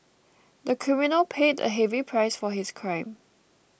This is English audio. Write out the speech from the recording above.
the criminal paid a heavy price for his crime